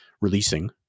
releasing